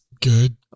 good